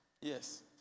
Yes